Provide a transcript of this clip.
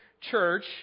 church